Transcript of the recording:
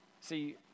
See